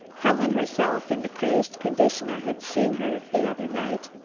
helen, herself, in the crazed condition i had seen her the other night,